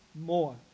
more